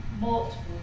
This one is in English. multiple